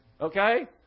Okay